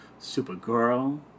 Supergirl